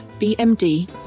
BMD